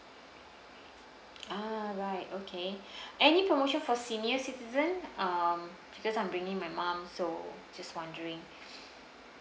ah right okay any promotion for senior citizen um because I'm bringing my mum so just wondering